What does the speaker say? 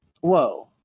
Whoa